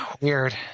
Weird